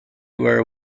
were